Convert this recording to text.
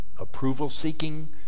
approval-seeking